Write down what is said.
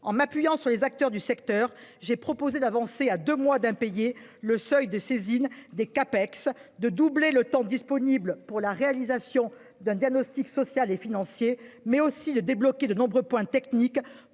en m'appuyant sur les acteurs du secteur. J'ai proposé d'avancer à deux mois d'impayés, le seuil de saisine des CAPEX de doubler le temps disponible pour la réalisation d'un diagnostic social et financier mais aussi de débloquer de nombreux points techniques